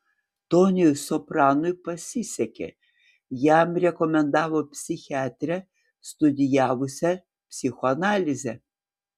toniui sopranui pasisekė jam rekomendavo psichiatrę studijavusią psichoanalizę